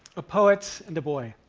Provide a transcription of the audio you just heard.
a poet and a boy.